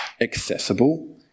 accessible